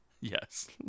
Yes